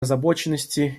озабоченности